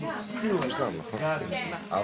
12:29.